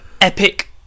epic